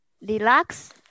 relax